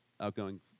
outgoing